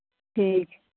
ठीक